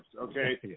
okay